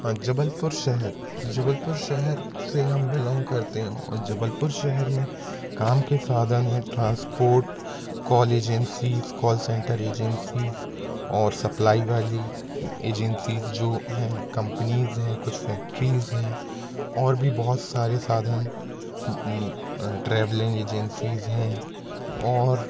हाँ जबलपुर शहर जबलपुर शहर से हम बिलॉन्ग करते हैं और जबलपुर शहर में काम के साधन हैं transport call agencies call center agencies और सप्लाई वाली एजेंसीज़ जो हैं कंपनीज़ हैं कुछ फैक्टरीज़ हैं और भी बहुत सारे साधन ट्रैवलिंग एजेंसीज़ हैं और